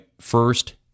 first